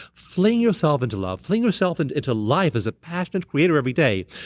fling yourself into love. fling yourself and into life as a passionate creator every day.